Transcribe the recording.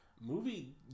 movie